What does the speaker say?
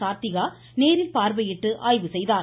கார்த்திகா நேரில் பார்வையிட்டு ஆய்வு செய்தார்